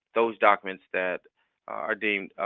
those documents that are deemed